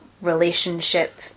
relationship